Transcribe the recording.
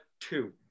two